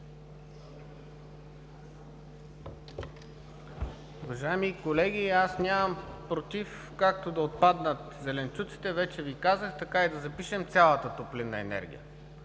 Уважаеми колеги, нямам против както да отпаднат зеленчуците – вече Ви казах, така и да запишем цялата топлинна енергия.